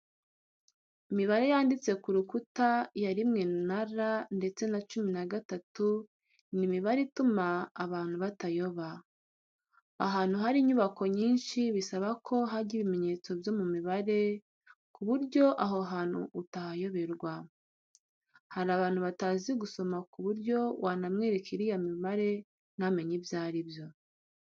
Imibare yanditse ku rukuta ya rimwe na R ndetse na cumi na gatatu, ni imibare ituma abantu batayoba. Ahantu hari inyubako nyinshi bisaba ko hajya ibimenyetso byo mu mibare ku buryo aho hantu utahayoberwa. Hari abantu batazi gusoma ku buryo wanamwereka iriya mibare ntamenye ibyo ari byo.